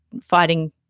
fighting